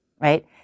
right